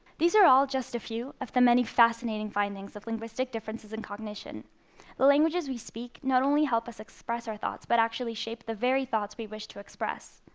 these are all just a few of the many fascinating findings of linguistic differences in cognition. the languages we speak not only help us express our thoughts, but actually shape the very thoughts we wish to express.